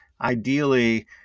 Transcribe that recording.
ideally